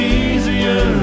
easier